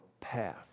path